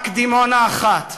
רק דימונה אחת,